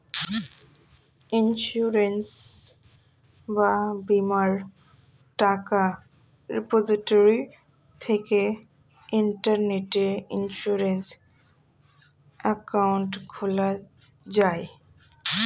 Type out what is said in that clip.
insurance বা বীমার টাকা রিপোজিটরি থেকে ইন্টারনেটে ইন্সুরেন্স অ্যাকাউন্ট খোলা যায়